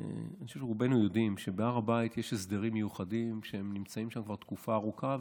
רובנו יודעים שבהר הבית יש הסדרים מיוחדים שנמצאים שם כבר תקופה ארוכה,